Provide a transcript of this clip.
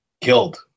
killed